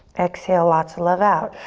exhale, lots of love out,